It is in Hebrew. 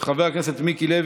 מי נגד?